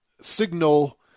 signal